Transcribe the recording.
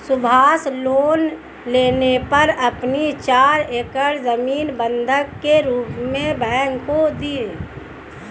Subhash loan लेने पर अपनी चार एकड़ जमीन बंधक के रूप में बैंक को दें